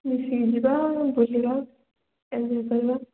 ମିଶିକି ଯିବା ବୁଲିବା ଏନ୍ଜୟ କରିବା